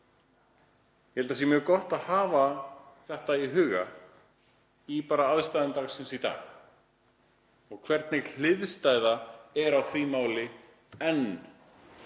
Ég held að það sé mjög gott að hafa þetta í huga í aðstæðum dagsins í dag og hvernig hliðstæða er í því máli enn